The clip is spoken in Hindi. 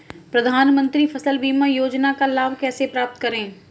प्रधानमंत्री फसल बीमा योजना का लाभ कैसे प्राप्त करें?